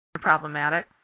problematic